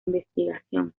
investigación